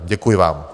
Děkuji vám.